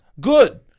Good